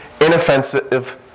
inoffensive